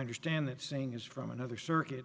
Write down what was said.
understand that saying is from another circuit